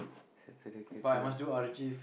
Saturday cater